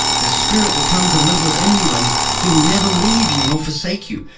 his spirit will come to live within you, and he'll never leave you nor forsake you,